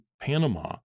Panama